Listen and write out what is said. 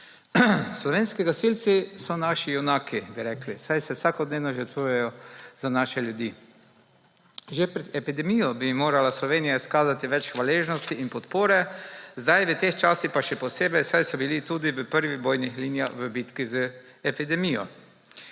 Slovenski gasilci so naši junaki, bi rekli, saj se vsakodnevno žrtvujejo za naše ljudi. Že pred epidemijo bi jim morala Slovenija izkazati več hvaležnosti in podpore, zdaj v teh časih pa še posebej, saj so bili tudi v prvih bojnih linijah v bitki z epidemijo.